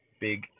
Big